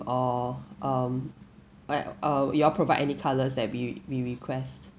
or um where uh you all provide any colours that we we request